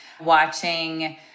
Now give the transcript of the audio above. watching